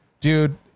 dude